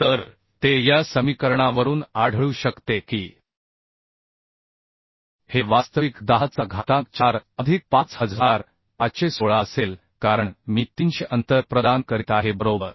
तर ते या समीकरणावरून आढळू शकते की हे वास्तविक 10 चा घातांक 4 अधिक 5516 असेल कारण मी 300 अंतर प्रदान करीत आहे बरोबर